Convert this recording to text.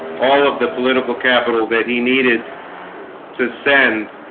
all of the political capital that he needed to send